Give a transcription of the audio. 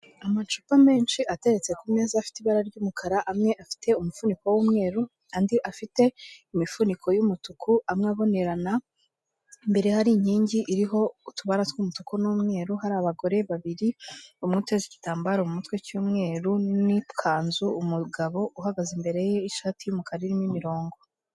Amacupa menshi ateretse ku meza afite ibara ry'umukara, amwe afite umufuniko w'umweru, andi afite imifuniko y'umutuku, umwe abonerana; imbere hari inkingi iriho utubara tw'umutuku n'umweru, hari abagore babiri, umwe umuteze igitambaro mu mutwe cy'umweru n'ikanzu, umugabo uhagaze imbere ye, ishati y'umukara irimo imirongo.